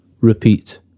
repeat